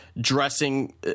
dressing